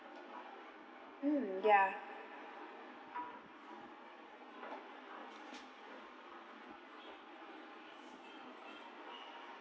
mm ya